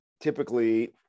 typically